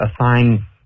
assign